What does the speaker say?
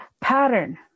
pattern